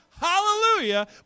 hallelujah